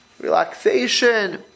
relaxation